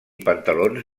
pantalons